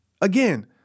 Again